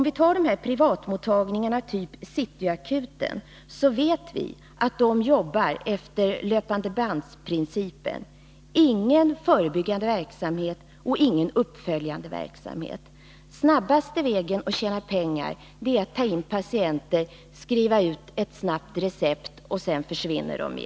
Vi vet att privatmottagningar av typen City Akuten arbetar efter löpandebandsprincipen, utan någon förebyggande och utan någon uppföljande verksamhet. Den snabbaste vägen att tjäna pengar är att tain patienter, snabbt skriva ut ett recept och sedan dra sig tillbaka.